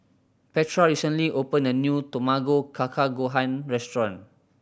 Petra recently opened a new Tamago Kake Gohan restaurant